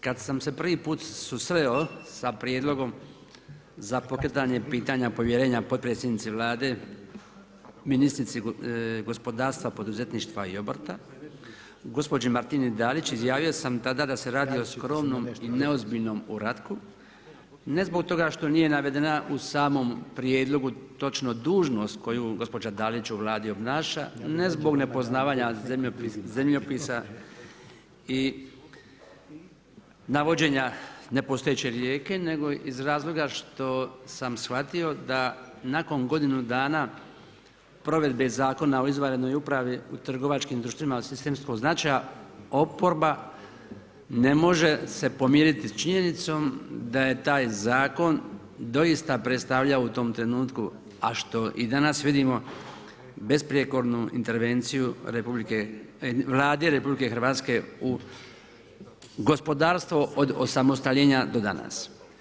Kada sam se prvi put susreo sa Prijedlogom za pokretanje pitanja povjerenja potpredsjednice Vlade, ministrici gospodarstva, poduzetništva i obrta, gospođi Martini Dalić, izjavio sam tada da se radi o skromnom i neozbiljnom uratku, ne zbog toga što nije navedena u samom prijedlogu točno dužnost koju gospođa Dalić u Vladi obnaša, ne zbog nepoznavanja zemljopis i navođenja nepostojeće rijeke nego iz razloga što sam shvatio da nakon godinu dana provedbe Zakona o izvanrednoj upravi u trgovačkim društvima od sistemskog značaja oporba ne može se pomiriti sa činjenicom da je taj zakon doista predstavljao u tom trenutku a što i danas vidimo besprijekornu intervenciju Vlade RH u gospodarstvo od osamostaljenja do danas.